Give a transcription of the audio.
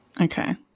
Okay